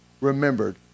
remembered